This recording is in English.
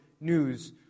news